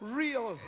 real